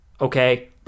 Okay